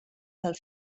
del